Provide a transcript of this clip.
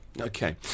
Okay